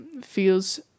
feels